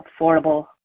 affordable